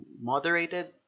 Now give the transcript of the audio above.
moderated